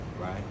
Right